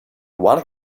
one